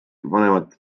vanemat